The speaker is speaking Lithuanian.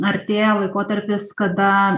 artėja laikotarpis kada